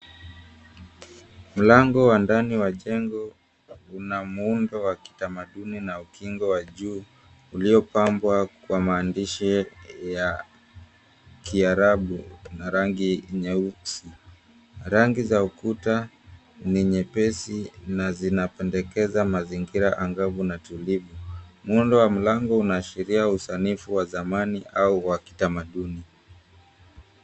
Mlango wa ndani wa jengo una muundo wa kitamaduni na ukingo wa juu uliopambwa kwa maandishi ya kiarabu na rangi nyeusi. Rangi za ukuta ni nyepesi na zinapendekeza mazingira angavu na tulivu. Muundo wa mlango unaashiria usanifu wa zamani au wa kitamaduni.